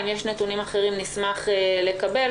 אם יש נתונים אחרים נשמח לקבל.